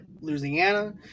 Louisiana